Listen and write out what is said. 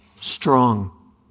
Strong